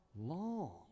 long